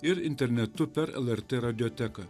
ir internetu per lrt radioteką